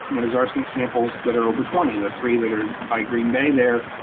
there's arsenic samples that are over twenty. and the three that are by green bay there.